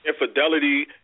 infidelity